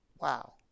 wow